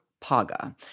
PAGA